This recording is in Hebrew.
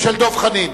הכנסת דב חנין.